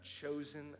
chosen